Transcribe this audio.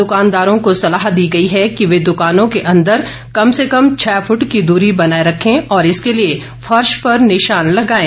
दुकानदारों को सलाह दी गई है कि वे दुकानों के अंदर कम से कम छह फूट की दूरी बनाए रखें और इसके लिए फर्श पर निशान लगाएं